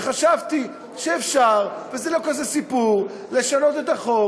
וחשבתי שאפשר ושזה לא סיפור לשנות את החוק